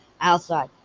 outside